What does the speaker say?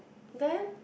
then